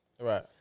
Right